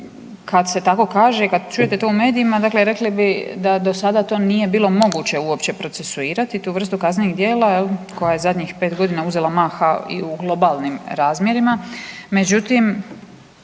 kad se tako kaže i kad čujete to u medijima, rekli bi da do sada to nije bilo moguće uopće procesuirati, tu vrstu kaznenih djela, je li, koja je u zadnjih 5 godina uzela maha i u globalnim razmjerima,